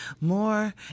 more